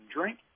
drink